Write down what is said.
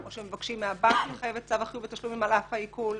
או שמבקשים מהבנקים לחייב את צו החיוב בתשלומים על אף העיקול,